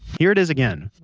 here it is again.